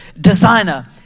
designer